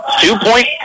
Two-point